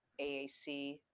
AAC